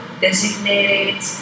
designated